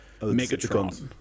megatron